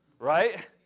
Right